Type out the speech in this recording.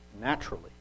naturally